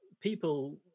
people